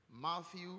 Matthew